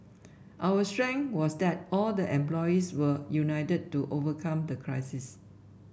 our strength was that all the employees were united to overcome the crisis